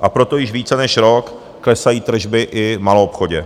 a proto již více než rok klesají tržby i v maloobchodě.